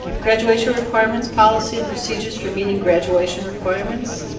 graduation requirements policies and procedures for meeting graduation requirements.